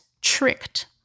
tricked